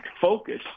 focus